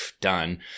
done